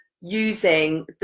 using